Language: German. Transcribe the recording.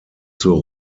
zur